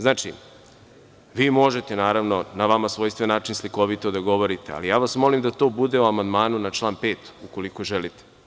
Znači, vi možete, naravno, na vama svojstven način, slikovito da govorite, ali ja vas molim da to bude o amandmanu na član 5, ukoliko želite.